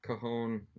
Cajon